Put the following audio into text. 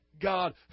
God